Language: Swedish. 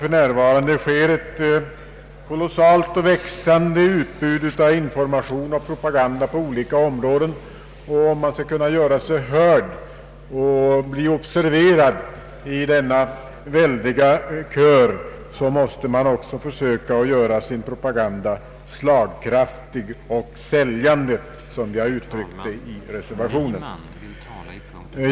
För närvarande sker ett kolossalt och växande utbud av information och propaganda på olika områden, och om man skall kunna göra sig hörd och bli observerad i denna väldiga kör, måste man också försöka göra sin propaganda slagkraftig och säljande, som vi har uttryckt det i reservationen.